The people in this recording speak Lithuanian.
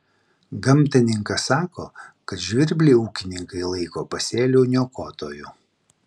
gamtininkas sako kad žvirblį ūkininkai laiko pasėlių niokotoju